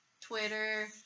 Twitter